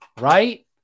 Right